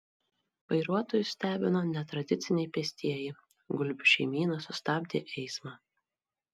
vairuotojus stebino netradiciniai pėstieji gulbių šeimyna sustabdė eismą